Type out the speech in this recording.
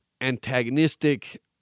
antagonistic